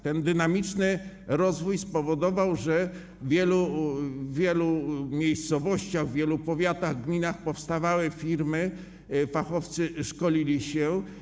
Ten dynamiczny rozwój spowodował, że w wielu miejscowościach, w wielu powiatach, gminach powstawały firmy, fachowcy szkolili się.